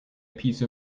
piece